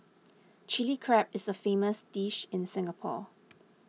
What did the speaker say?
Chilli Crab is a famous dish in Singapore